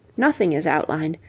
nothing is outlined,